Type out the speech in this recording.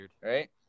right